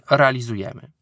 realizujemy